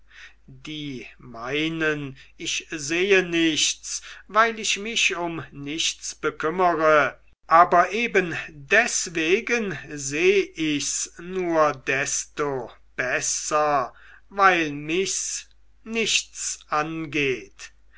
die meinen ich sehe nichts weil ich mich um nichts bekümmere aber eben deswegen seh ich's nur desto besser weil mich's nichts angeht